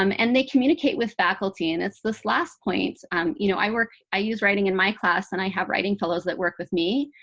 um and they communicate with faculty. and it's this last point you know, i work i use writing in my class and i have writing fellows that work with me.